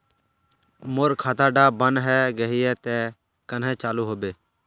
मोर खाता डा बन है गहिये ते कन्हे चालू हैबे?